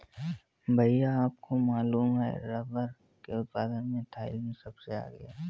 भैया आपको मालूम है रब्बर के उत्पादन में थाईलैंड सबसे आगे हैं